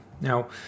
Now